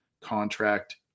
contract